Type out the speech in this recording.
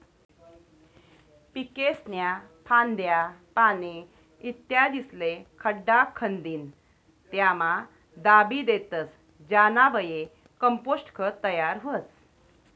पीकेस्न्या फांद्या, पाने, इत्यादिस्ले खड्डा खंदीन त्यामा दाबी देतस ज्यानाबये कंपोस्ट खत तयार व्हस